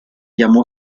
llamó